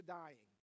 dying